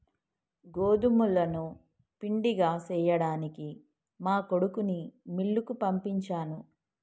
గోదుములను పిండిగా సేయ్యడానికి మా కొడుకుని మిల్లుకి పంపించాను